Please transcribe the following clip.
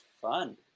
fun